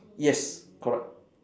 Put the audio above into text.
yes correct